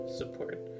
support